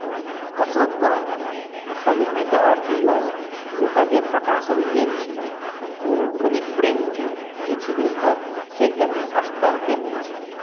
कसरत करऽ पड़ल आ सङ्गमे एकटा अथि लागल जे ओकर जे प्रकाशन भेल छलै ओ कनि प्रिन्ट जे छलै ओकर से कनि स्तरके नहि छलै